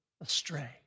astray